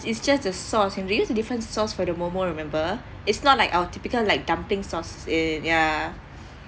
it's just the sauce and they used different sauce for the momo remember it's not like our typical like dumping sauce it yeah